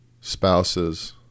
spouses